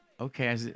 Okay